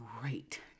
great